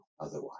otherwise